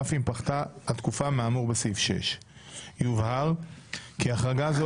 אף אם פחתה התקופה מהאמור בסעיף 6. יובהר כי החרגה זו